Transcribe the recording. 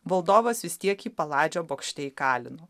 valdovas vis tiek palaičio bokšte įkalino